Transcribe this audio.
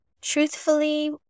truthfully